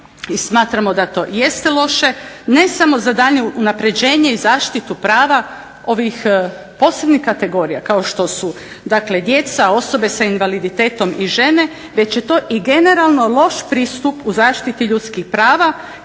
i smatramo da to jeste loše, ne samo za daljnje unapređenje i zaštitu prava ovih posebnih kategorija kao što su dakle djeca, osobe sa invaliditetom i žene, već je to i generalno loš pristup u zaštiti ljudskih prava